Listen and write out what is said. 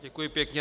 Děkuji pěkně.